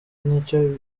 nicyo